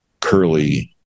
curly